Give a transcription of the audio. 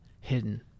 hidden